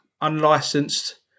unlicensed